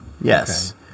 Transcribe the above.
Yes